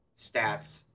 stats